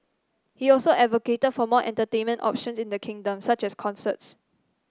he also advocated for more entertainment options in the kingdom such as concerts